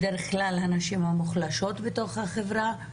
בדרך כלל הנשים המוחלשות בתוך החברה.